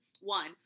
one